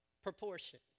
Proportion